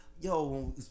yo